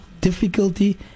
difficulty